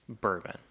bourbon